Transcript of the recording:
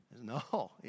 No